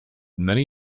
many